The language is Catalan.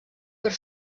per